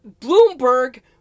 bloomberg